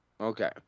Okay